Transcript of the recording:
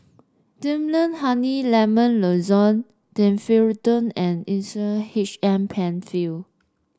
Difflam Honey Lemon Lozenges Domperidone and Insulatard H M Penfill